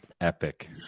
epic